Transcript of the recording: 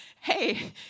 hey